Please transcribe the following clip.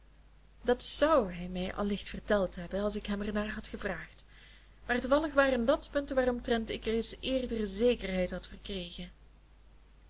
dat zou hij mij allicht verteld hebben als ik hem ernaar had gevraagd maar toevallig waren dat punten waaromtrent ik reeds eerder zekerheid had verkregen